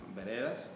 veredas